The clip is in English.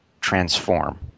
transform